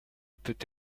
peut